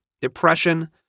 depression